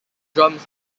drums